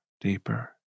deeper